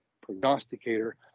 prognosticator